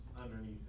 underneath